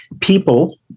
people